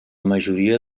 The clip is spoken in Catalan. majoria